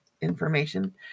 information